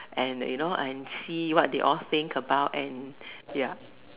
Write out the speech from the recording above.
and you know and see what they all think about and ya